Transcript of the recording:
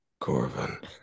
corvin